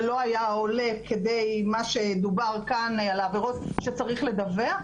זה לא היה עולה כדי מה שדובר כאן על עבירות שצריך לדווח,